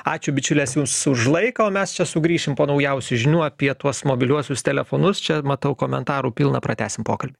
ačiū bičiulės jums už laiką o mes čia sugrįšim po naujausių žinių apie tuos mobiliuosius telefonus čia matau komentarų pilną pratęsim pokalbį